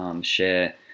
Share